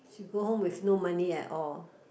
she go home with no money at all